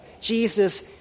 Jesus